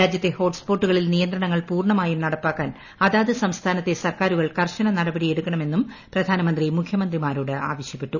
രാജ്യത്തെ ഹോട്ട്സ്പോട്ടുകളിൽ നിയന്ത്രണങ്ങൾ പൂർണ്ണമായും നടപ്പാക്കാൻ അതാത് സംസ്ഥാനത്തെ സർക്കാരുകൾ കർശന നടപടിയെടുക്കണമെന്നും പ്രധാനമന്ത്രി മുഖ്യമന്ത്രിമാരോട് ആവശ്യപ്പെട്ടു